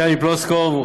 טלי פלוסקוב,